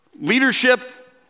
leadership